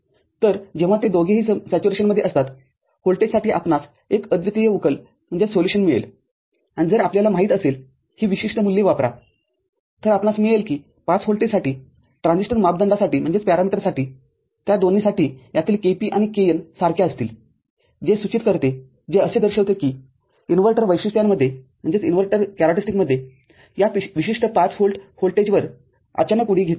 तरजेव्हा ते दोघेही संपृक्ततेत असतात व्होल्टेजसाठी आपणास एक अद्वितीय उकल मिळेल आणि जर आपल्याला माहित असेल ही विशिष्ट मूल्ये वापरातर आपणास मिळेल कि ५ व्होल्टसाठी ट्रान्झिस्टर मापदंडासाठी त्या दोन्हीसाठी यातील kp आणि kn सारख्या असतील जे सूचित करतेजे असे दर्शवते की इनव्हर्टर वैशिष्ट्यांमध्ये या विशिष्ट 5 व्होल्ट व्होल्टेजवर अचानक उडी घेतली आहे